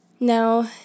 Now